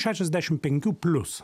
šešiasdešimt penkių plius